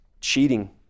cheating